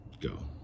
go